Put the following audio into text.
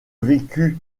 vécut